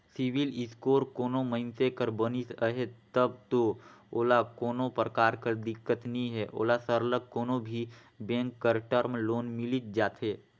CIBIL score कोनो मइनसे कर बनिस अहे तब दो ओला कोनो परकार कर दिक्कत नी हे ओला सरलग कोनो भी बेंक कर टर्म लोन मिलिच जाथे